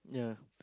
yeah